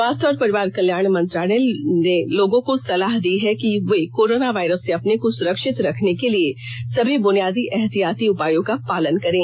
स्वास्थ्य और परिवार कल्याण मंत्रालय ने लोगों को सलाह दी है कि वे कोरोना वायरस से अपने को सुरक्षित रखने के लिए सभी बुनियादी एहतियाती उपायों का पालन करें